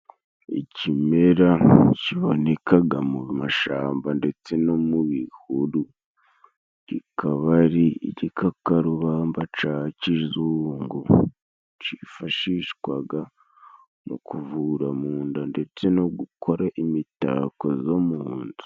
Ikimera kibonekaga mu mashamba ndetse no mu bihuru, kikaba ari igikakarubamba ca kizungu, cifashishwaga mu kuvura mu nda ndetse no gukora imitako zo mu nzu.